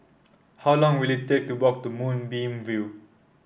how long will it take to walk to Moonbeam View